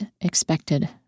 expected